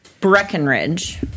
Breckenridge